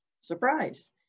surprise